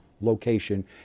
location